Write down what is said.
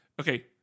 okay